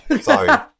Sorry